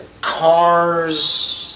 cars